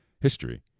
history